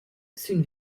sün